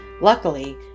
Luckily